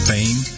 Fame